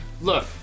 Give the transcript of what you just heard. look